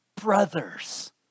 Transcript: Brothers